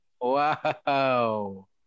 Wow